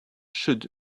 should